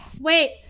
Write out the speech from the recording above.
Wait